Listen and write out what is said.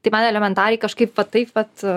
tai man elementariai kažkaip va taip vat